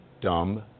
dumb